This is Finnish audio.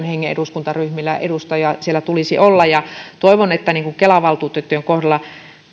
hengen eduskuntaryhmillä edustaja siellä tulisi olla toivon että kelan valtuutettujen kohdalla tämä